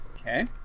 Okay